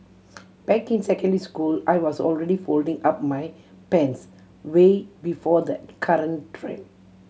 back in secondary school I was already folding up my pants way before the current trend